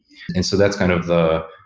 and so that's kind of the,